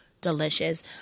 delicious